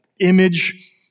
image